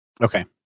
Okay